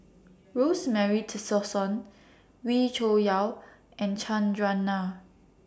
Rosemary Tessensohn Wee Cho Yaw and Chandran Nair